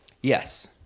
Yes